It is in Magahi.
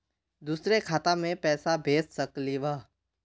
दुसरे खाता मैं पैसा भेज सकलीवह?